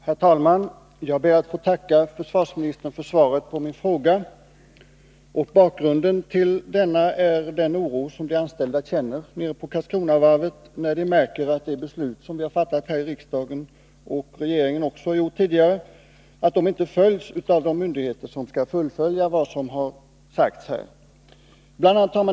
Herr talman! Jag ber att få tacka försvarsministern för svaret på min fråga. Bakgrunden till frågan är den oro som de anställda på Karlskronavarvet känner, när de märker att de beslut som har fattats här i riksdagen och av regeringen inte följs av de myndigheter som skall genomföra vad som beslutats.